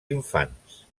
infants